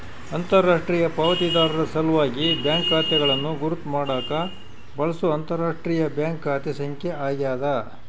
ಅಂತರರಾಷ್ಟ್ರೀಯ ಪಾವತಿದಾರರ ಸಲ್ವಾಗಿ ಬ್ಯಾಂಕ್ ಖಾತೆಗಳನ್ನು ಗುರುತ್ ಮಾಡಾಕ ಬಳ್ಸೊ ಅಂತರರಾಷ್ಟ್ರೀಯ ಬ್ಯಾಂಕ್ ಖಾತೆ ಸಂಖ್ಯೆ ಆಗ್ಯಾದ